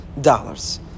dollars